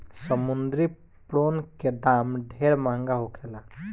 समुंद्री प्रोन के दाम ढेरे महंगा होखेला